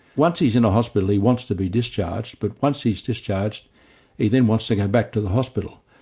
once he's in a hospital he wants to be discharged but once he's discharged he then wants to go back to the hospital,